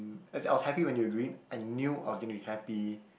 as in I was happy when you agreed I knew I was gonna be happy